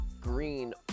Green